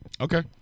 Okay